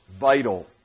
vital